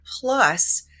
plus